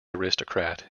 aristocrat